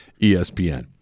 ESPN